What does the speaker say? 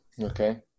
Okay